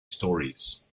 stories